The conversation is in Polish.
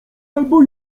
albo